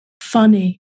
funny